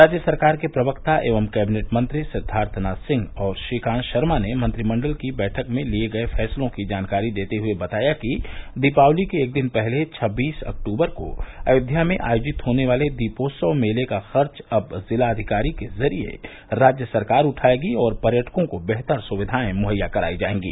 राज्य सरकार के प्रवक्ता एवं कैबिनेट मंत्री सिद्वार्थनाथ सिंह और श्रीकांत शर्मा ने मंत्रिमंडल की बैठक में लिए गए फैसलों की जानकारी देते हुए बताया कि दीपावली के एक दिन पहले छब्बीस अक्तूबर को अयोध्या में आयोजित होने वाले दीपोत्सव मेले का खर्च अब जिलाधिकारी के जरिए राज्य सरकार उठाएगी और पर्यटकों को बेहतर सुविधाएं मुहैया करायी जाएंगी